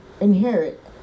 inherit